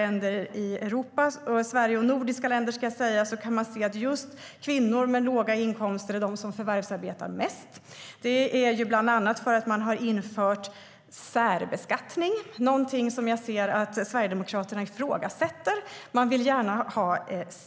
Jämför man Sverige och nordiska länder med andra länder i Europa kan man se att just kvinnor med låga inkomster är de som förvärvsarbetar mest. Det är bland annat för att man har infört särbeskattning. Det är någonting som jag ser att Sverigedemokraterna ifrågasätter. De vill gärna ha